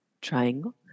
triangle